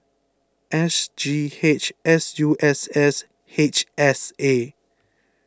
S G H S U S S H S A